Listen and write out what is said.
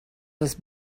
was